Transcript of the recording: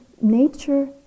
nature